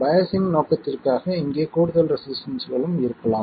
biasing நோக்கத்திற்காக இங்கே கூடுதல் ரெசிஸ்டன்ஸ்களும் இருக்கலாம்